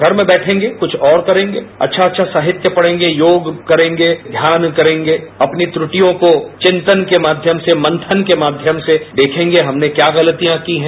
घर में बैठेंगे कुछ और करेंगे अच्छा अच्छा साहित्य पढ़ेंगे योग करेंगे ध्यान करेंगे अपनी त्रुटियों को चिंतन के माध्यम से मंथन के माध्यम से देखेंगे हमने क्या गलतियां की हैं